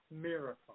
miracle